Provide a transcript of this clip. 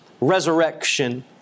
resurrection